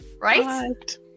right